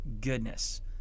goodness